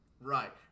Right